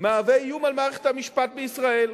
מהווה איום על מערכת המשפט בישראל.